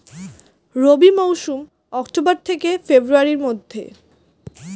রবি মৌসুম অক্টোবর থেকে ফেব্রুয়ারির মধ্যে